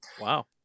wow